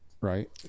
right